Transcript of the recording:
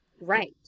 right